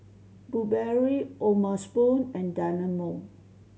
Burberry O'ma Spoon and Dynamo